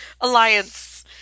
alliance